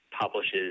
publishes